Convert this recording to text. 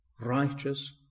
righteous